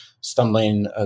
stumbling